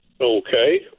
okay